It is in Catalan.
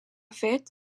fet